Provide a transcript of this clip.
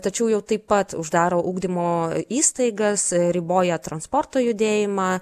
tačiau jau taip pat uždaro ugdymo įstaigas riboja transporto judėjimą